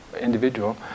individual